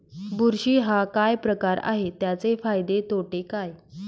बुरशी हा काय प्रकार आहे, त्याचे फायदे तोटे काय?